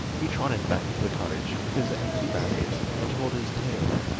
he trotted back to the cottage with his empty basket and told his tale,